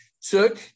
took